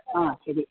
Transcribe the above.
ആ ശരി